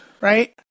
Right